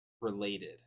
related